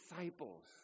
disciples